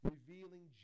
revealing